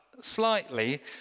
slightly